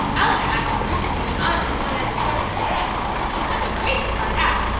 eleanor asked if bruce and you and i weren't going as pierrot and pierettes she's simply crazy to find out!